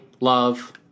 love